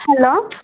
hello